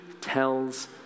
tells